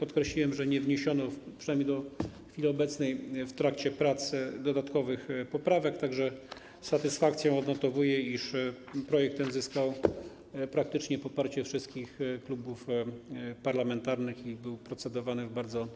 Podkreśliłem, że nie wniesiono, przynajmniej do chwili obecnej, w trakcie prac dodatkowych poprawek, tak że z satysfakcją odnotowuję, iż projekt ten zyskał poparcie praktycznie wszystkich klubów parlamentarnych i był procedowany w bardzo